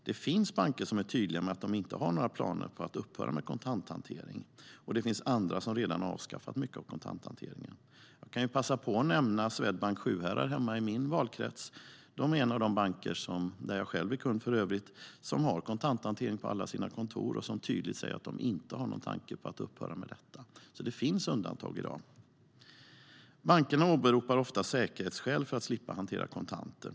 Det finns banker som är tydliga med att de inte har några planer på att upphöra med kontanthantering, och det finns andra som redan avskaffat mycket av kontanthanteringen. Jag kan passa på att nämna Swedbank Sjuhärad hemma i min valkrets, där jag själv är kund. Det är en av de banker som har kontanthantering på alla sina kontor och som tydligt säger att de inte har någon tanke på att upphöra med det. Så det finns undantag i dag. Bankerna åberopar ofta säkerhetsskäl för att slippa hantera kontanter.